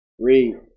Read